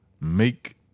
Make